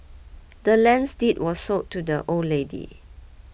the land's deed was sold to the old lady